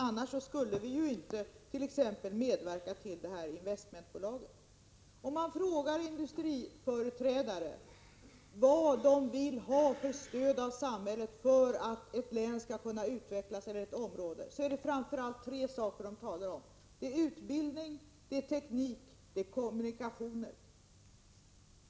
Annars skulle vi ju t.ex. inte medverka till detta investmentbolag. Om man frågar företrädare för industrin vad de vill ha för stöd av samhället för att ett län skall kunna utvecklas, svaras framför allt tre saker: utbildning, teknik och kommunikationer.